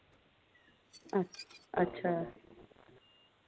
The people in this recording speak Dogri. अच्छ अच्छा